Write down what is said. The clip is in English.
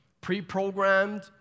pre-programmed